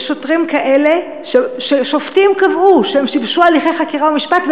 יש שוטרים כאלה ששופטים קבעו שהם שיבשו הליכי חקירה ומשפט,